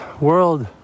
world